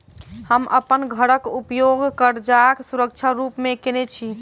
हम अप्पन घरक उपयोग करजाक सुरक्षा रूप मेँ केने छी